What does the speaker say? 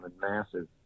massive